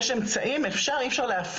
יש אמצעים, אפשר לעשות את זה ואי אפשר להפקיר.